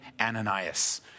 Ananias